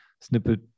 snippet